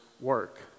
work